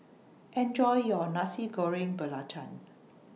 Enjoy your Nasi Goreng Belacan